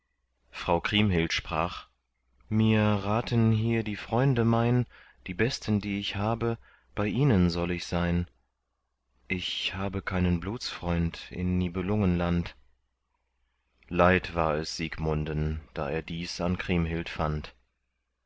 frau kriemhild sprach mir raten hier die freunde mein die besten die ich habe bei ihnen soll ich sein ich habe keinen blutsfreund in nibelungenland leid war es siegmunden da er dies an kriemhild fand